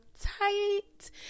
tight